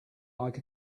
like